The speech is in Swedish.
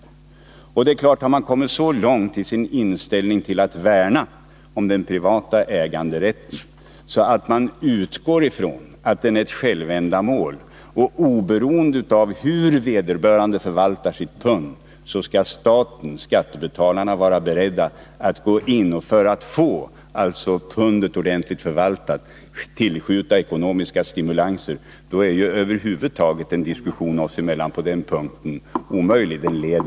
Det är klart att har man som Arne Andersson kommit så långt i sin inställning att värna om den privata äganderätten att man utgår från att den är ett självändamål och att staten, dvs. skattebetalarna, oberoende av hur vederbörande förvaltar sitt pund, skall vara beredd att gå in med ekonomisk stimulans, då är en diskussion meningslös.